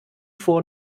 vor